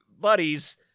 buddies